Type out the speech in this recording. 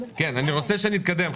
אני רוצה שנתקדם.